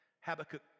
Habakkuk